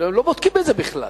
לא בודקים את זה בכלל.